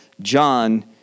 John